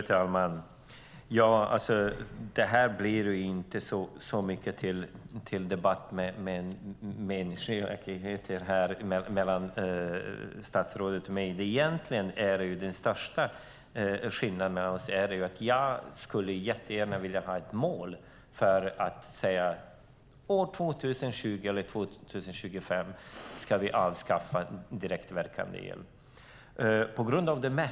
Fru talman! Det blir inte så mycket till debatt mellan statsrådet och mig. Egentligen är den största skillnaden mellan oss att jag jättegärna skulle vilja ha ett mål, att säga att år 2020 eller 2025 ska vi avskaffa direktverkande el.